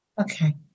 Okay